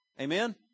Amen